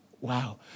wow